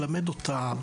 תלמד אותה,